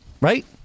right